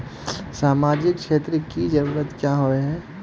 सामाजिक क्षेत्र की जरूरत क्याँ होय है?